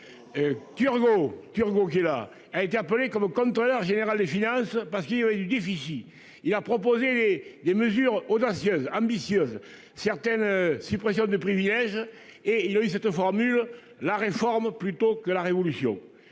Turgot, qui a été appelé comme contrôleur général des finances. Parce qu'il du déficit. Il a proposé des mesures audacieuses ambitieuses certaines suppression de privilèges et il a eu cette formule la réforme plutôt que la révolution.